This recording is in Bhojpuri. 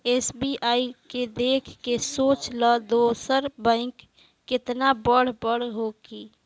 एस.बी.आई के देख के सोच ल दोसर बैंक केतना बड़ बड़ होखी